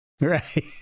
Right